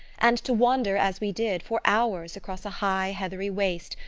and to wander, as we did, for hours across a high heathery waste,